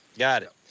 got it.